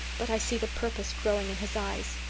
but i see the purpose growing in his eyes.